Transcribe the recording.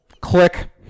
Click